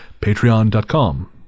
patreon.com